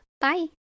Bye